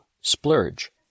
Splurge